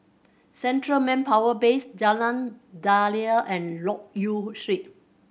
Central Manpower Base Jalan Daliah and Loke Yew Street